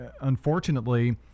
unfortunately